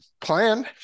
Plan